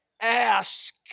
Ask